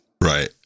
Right